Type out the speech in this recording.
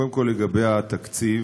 קודם כול, לגבי התקציב,